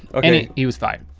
i mean he was fired.